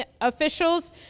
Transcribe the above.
officials